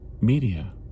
media